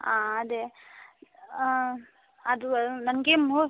ಹಾಂ ಅದೆ ಅದು ನನಗೆ ಮೂರು